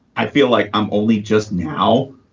i feel like i'm only just now.